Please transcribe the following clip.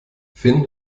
finn